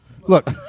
Look